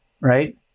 right